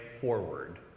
forward